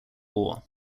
war